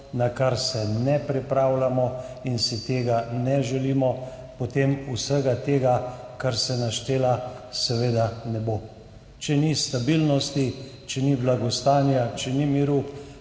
na kar se ne pripravljamo in si tega ne želimo, potem vsega tega, kar ste našteli, seveda ne bo. Če ni stabilnosti, če ni blagostanja, če ni miru,